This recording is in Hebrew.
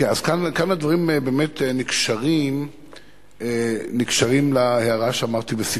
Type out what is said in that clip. כאן הדברים באמת נקשרים להערה שאמרתי בסיכום.